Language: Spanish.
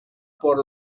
por